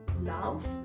love